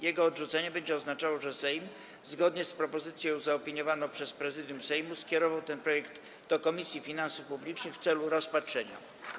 Jego odrzucenie będzie oznaczało, że Sejm, zgodnie z propozycją zaopiniowaną przez Prezydium Sejmu, skierował ten projekt do Komisji Finansów Publicznych w celu rozpatrzenia.